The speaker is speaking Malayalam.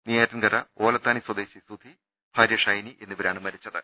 നെയ്യാറ്റിൻകര ഓലത്താനി സ്വദേശി സുധി ഭാര്യ ഷൈനി എന്നിവരാണ് മരിച്ചത്